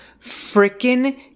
freaking